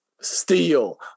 steel